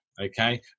okay